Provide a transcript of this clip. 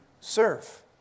serve